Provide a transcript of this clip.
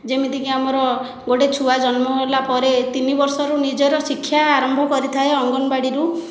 ଯେମିତିକି ଆମର ଗୋଟିଏ ଛୁଆ ଜନ୍ମହେଲା ପରେ ତିନିବର୍ଷରୁ ନିଜର ଶିକ୍ଷା ଆରମ୍ଭ କରିଥାଏ ଅଙ୍ଗନୱାଡ଼ିରୁ